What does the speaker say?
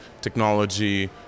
technology